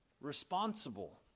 responsible